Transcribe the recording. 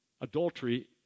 adultery